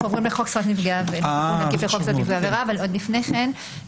אנחנו עוברים לחוק זכויות נפגעי עבירה אבל עוד לפני כן,